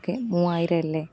okay മൂവായിരമല്ലേ